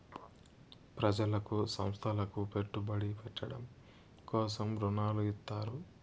ప్రజలకు సంస్థలకు పెట్టుబడి పెట్టడం కోసం రుణాలు ఇత్తారు